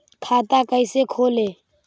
खाता कैसे खोले?